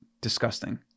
disgusting